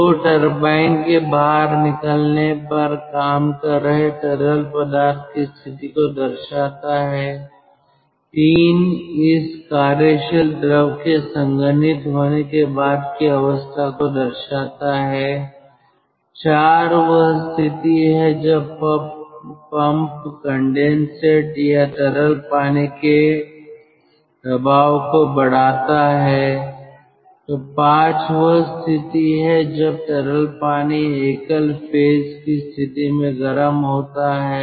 2 turbine के बाहर निकलने पर काम कर रहे तरल पदार्थ की स्थिति को दर्शाता है 3 इस कार्यशील द्रव के संघनित होने के बाद की अवस्था को दर्शाता है 4 वह स्थिति है जब पंप कंडेनसेट या तरल पानी के दबाव को बढ़ाता है तो 5 वह स्थिति होती है जब तरल पानी एकल फेज की स्थिति में गर्म होता है